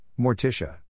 Morticia